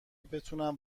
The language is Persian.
بتونم